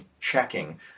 checking